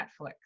Netflix